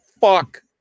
fuck